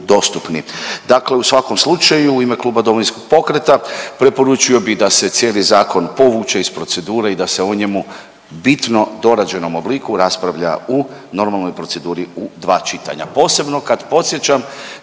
u svakom slučaju u ime kluba Domovinskog pokreta preporučio bi da se cijeli zakon povuče iz procedure i da se o njemu u bitno dorađenom obliku raspravlja u normalnoj proceduri u dva čitanja, posebno kad podsjećam